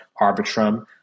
Arbitrum